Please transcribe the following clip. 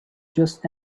just